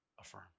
affirm